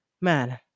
man